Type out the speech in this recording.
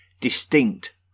distinct